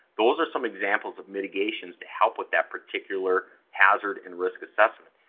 those are some examples of mitigations to help with that particular hazard and risk assessment.